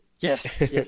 Yes